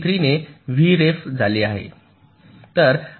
83 ने V ref झाली आहे